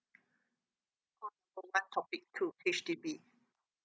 call number one topic two H_D_B